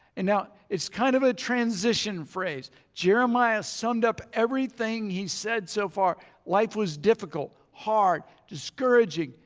and now it's kind of a transition phrase. jeremiah summed up everything he said so far. life was difficult, hard, discouraging,